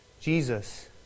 Jesus